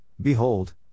Behold